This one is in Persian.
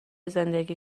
زندگی